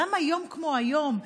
למה יום כמו היום,